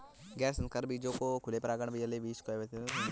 गैर संकर बीजों को खुले परागण वाले बीज या विरासत के बीज भी कहा जाता है